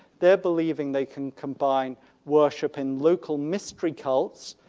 they're believing they can combine worship in local mystery cults,